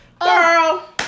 Girl